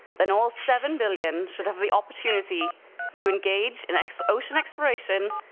then all seven billion should have the opportunity to engage in ocean exploration,